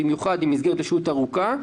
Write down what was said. ובמיוחד במסגרת לשהות ארוכה,